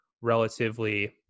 relatively